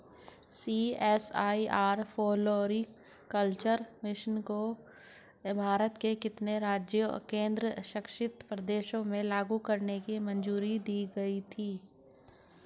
CSIR floriculture mission को भारत के कितने राज्यों और केंद्र शासित प्रदेशों में लागू करने की मंजूरी दी गई थी?